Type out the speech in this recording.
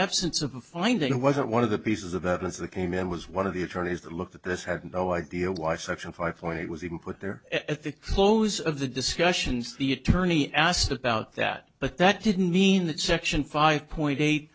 absence of a finding was that one of the pieces of evidence that came in was one of the attorneys that looked at this had no idea why section five point eight was even put there at the close of the discussions the attorney asked about that but that didn't mean that section five point eight